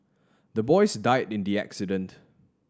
the boys died in the accident